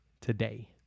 today